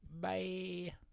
Bye